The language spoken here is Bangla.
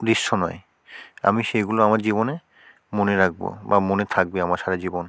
দৃশ্য নয় আমি সেইগুলো আমার জীবনে মনে রাখব বা মনে থাকবে আমার সারা জীবন